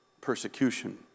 persecution